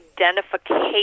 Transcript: identification